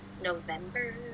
November